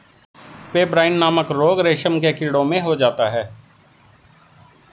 pebrine नामक रोग रेशम के कीड़ों में हो जाता है